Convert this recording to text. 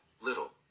little